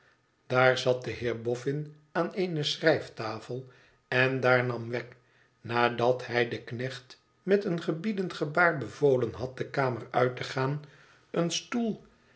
daar zat de heer boffin aan eene schrijftafel en daar nam wegg nadat hij den knecht met een gebiedend gebaar bevolen had de kamer uit te gaan een stoel